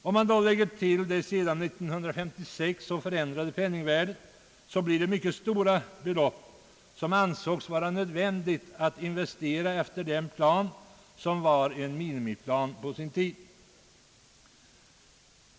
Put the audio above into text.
Om man beaktar det sedan år 1956 starkt förändrade penningvärdet blir det mycket stora belopp som är nödvändiga att investera enligt 1957 års vägplan, som ju var en minimiplan på sin tid.